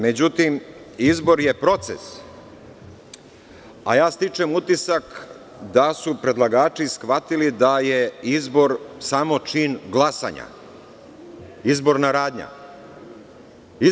Međutim, izbor je proces, a ja stičem utisak da su predlagači shvatili da je izbor samo čin glasanja, izborna radnja.